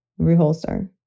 Reholster